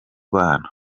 bana